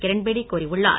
கிரண்பேடி கூறியுள்ளார்